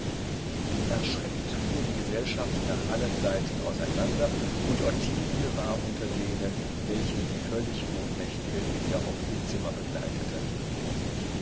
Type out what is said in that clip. erschreckt fuhr die gesellschaft nach allen seiten auseinander und ottilie war unter denen welche die völlig ohnmächtige wieder auf ihr zimmer begleiteten